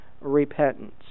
repentance